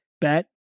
bet